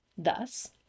thus